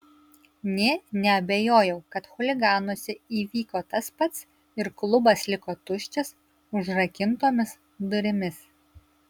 nė neabejojau kad chuliganuose įvyko tas pats ir klubas liko tuščias užrakintomis durimis